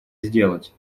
сделать